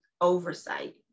oversight